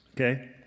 okay